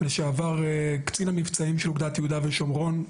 לשעבר קצין המבצעים של אוגדות יהודה ושומרון,